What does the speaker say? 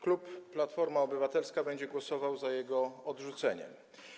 Klub Platforma Obywatelska będzie głosował za jego odrzuceniem.